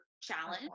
challenge